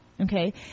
okay